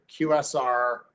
QSR